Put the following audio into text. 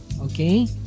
okay